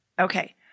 Okay